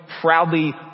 proudly